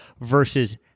versus